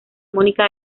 mónica